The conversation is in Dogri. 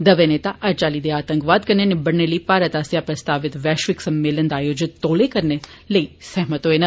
दवै नेता हर चाल्ली दे आंतकवाद कन्नै निबड़ने लेई भारत आस्सेया प्रस्तावित वैश्विक सम्मेलन दा आयोजन तौले करने उप्पर सहमत होए न